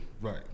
Right